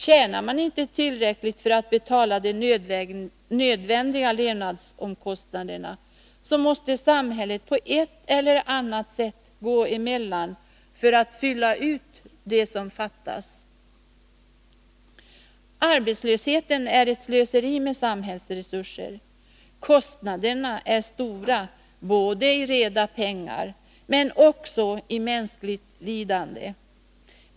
Tjänar man inte tillräckligt för att betala de nödvändiga levnadsomkostnaderna, så måste samhället på ett eller annat sätt gå emellan för att fylla ut det som fattas. Arbetslösheten är ett slöseri med samhällsresurser. Kostnaderna är stora i reda pengar, men också i mänskligt lidande.